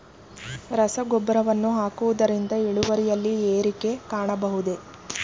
ರಸಗೊಬ್ಬರವನ್ನು ಹಾಕುವುದರಿಂದ ಇಳುವರಿಯಲ್ಲಿ ಏರಿಕೆ ಕಾಣಬಹುದೇ?